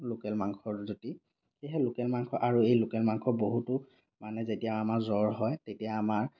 local মাংসৰ জুতি সেয়েহে লোকেল মাংস আৰু এই লোকেল মাংস বহুতো মানে যেতিয়া আমাৰ জ্বৰ হয় তেতিয়া আমাৰ